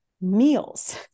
meals